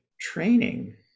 training